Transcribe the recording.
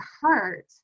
hurt